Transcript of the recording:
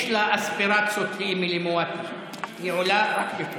יש לה אספירציות, לאמילי מואטי, היא עולה מימין.